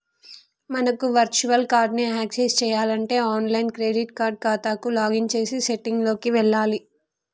మనకు virtual card ని access చేయాలంటే ఆన్లైన్ క్రెడిట్ కార్డ్ ఖాతాకు లాగిన్ చేసి సెట్టింగ్ లోకి వెళ్లాలి